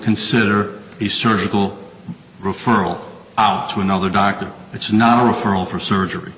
consider a surgical referral to another doctor it's not a referral for surgery